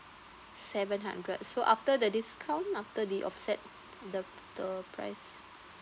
seven hundred so after the discount after the offset the the price